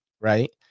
right